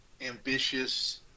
ambitious